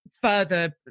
further